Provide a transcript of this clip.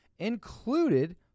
included